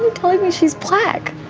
um told me she's black.